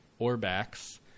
orbacks